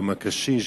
יום הקשיש,